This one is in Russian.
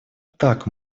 так